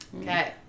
Okay